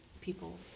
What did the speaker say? people